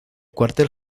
cuartel